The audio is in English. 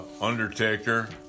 undertaker